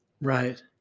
Right